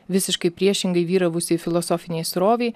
visiškai priešingai vyravusiai filosofinei srovei